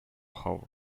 how